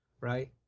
right